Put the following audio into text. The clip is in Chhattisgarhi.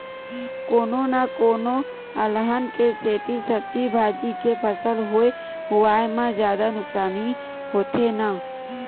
कोनो न कोनो अलहन के सेती सब्जी भाजी के फसल होए हुवाए म जादा नुकसानी होथे न